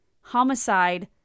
Homicide